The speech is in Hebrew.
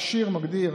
התקשי"ר מגדיר